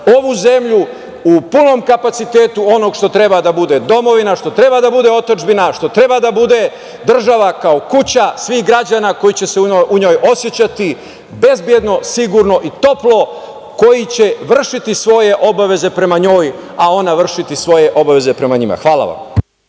ovu zemlju u punom kapacitetu onog što treba da bude domovina, što treba da bude otadžbina, što treba da bude država, kao kuća svih građana koji će se u njoj osećati bezbedno, sigurno i toplo, koji će vršiti svoje obaveze prema njoj a ona vršiti svoje obaveze prema njima. Hvala vam.